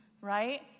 right